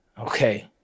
Okay